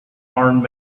armed